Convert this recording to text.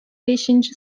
beşinci